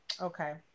Okay